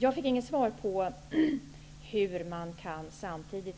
Jag fick inget svar på frågan hur man kan